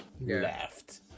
left